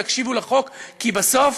תקשיבו לחוק, כי בסוף